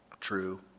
True